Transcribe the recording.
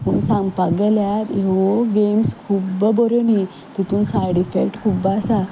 पूण सांगपाक गेल्यार ह्यो गेम्स खूब बऱ्यो न्ही तितूंत सायड इफेकट्स खूब आसा